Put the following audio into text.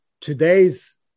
today's